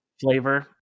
flavor